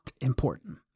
important